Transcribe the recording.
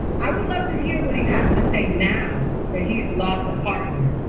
i would love to hear what he has to say now that he's lost the partner.